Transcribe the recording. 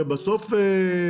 בסוף,